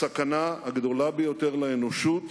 הסכנה הגדולה ביותר לאנושות